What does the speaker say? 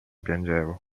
piangevo